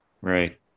Right